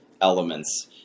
elements